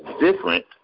different